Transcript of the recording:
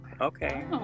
Okay